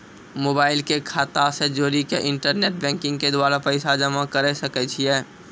Mobile के खाता से जोड़ी के इंटरनेट बैंकिंग के द्वारा पैसा जमा करे सकय छियै?